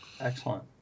excellent